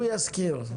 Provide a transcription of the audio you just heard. הוא יזכיר.